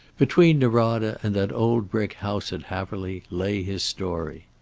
between norada and that old brick house at haverly lay his story.